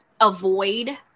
avoid